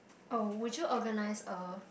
orh would you organize a